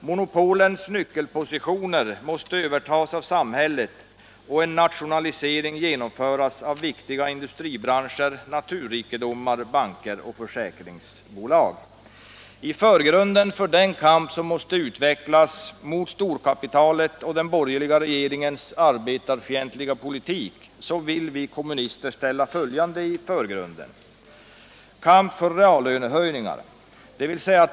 Monopolens nyckelposition måste övertas av samhället och en nationalisering genomföras av viktiga industribranscher, naturrikedomar, banker och försäkringsbolag. I förgrunden för den kamp som måste utvecklas mot storkapitalet och den borgerliga regeringens arbetarfientliga politik vill vi kommunister ställa följande: Kamp för reallönehöjningar.